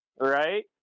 Right